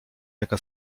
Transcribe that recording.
jaka